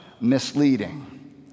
misleading